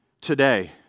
today